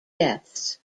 deaths